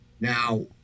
Now